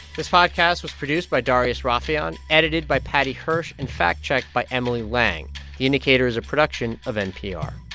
this podcast was produced by darius rafieyan, edited by paddy hirsch and fact-checked by emily lang. the indicator is a production of npr